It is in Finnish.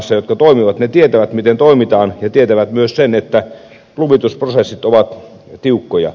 ne tietävät miten toimitaan ja tietävät myös sen että luvitusprosessit ovat tiukkoja